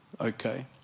okay